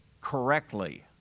correctly